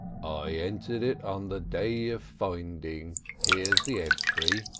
i entered it on the day of finding here's the entry.